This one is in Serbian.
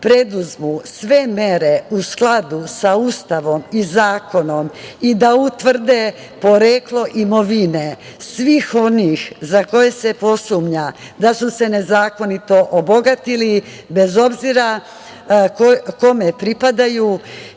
preduzmu sve mere u skladu sa Ustavom i zakonom i da utvrde poreklo imovine svih onih za koje se posumnja da su se nezakonito obogatili, bez obzira kome pripadaju,